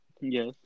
Yes